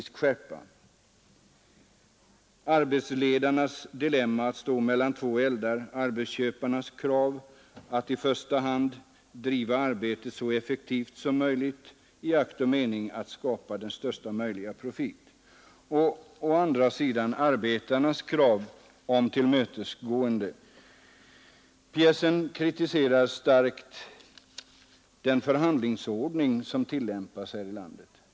Man skildrar arbetsledarnas dilemma att stå mellan två eldar: å ena sidan arbetsköparnas krav att i första hand driva arbetet så effektivt som möjligt i akt och mening att skapa största möjliga profit och å andra sidan arbetarnas krav på tillmötesgående. Pjäsen kritiserar starkt den förhandlingsordning som tillämpas här i landet.